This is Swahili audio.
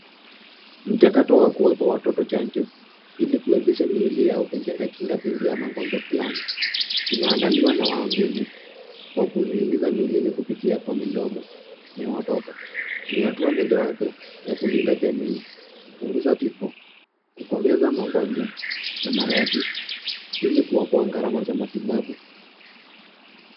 Mchakato wa kuwapa watoto chanjo ili kuwezesha miili yao kujenga kinga dhidi ya magonjwa flani. Inaandaliwa na wahudumu kwa kuziingiza miilini kupitia kwa midomo ya watoto. Ni hatua mojawapo ya kulinda jamii, kupunguza vifo, kukomesha magonjwa na maradhi ili kuokoa gharama za matibabu.